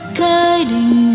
guiding